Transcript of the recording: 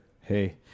Hey